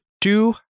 Two